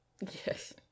Yes